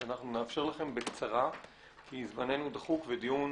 אנחנו נאפשר לכם בקצרה כי זמננו דחוק ודיון